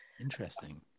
interesting